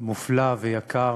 מופלא ויקר,